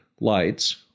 lights